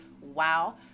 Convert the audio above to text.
wow